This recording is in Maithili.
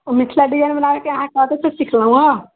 मिथिला डिजाइन बनाबयके अहाँ कतयसँ सीखलहुँ हेँ